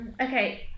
Okay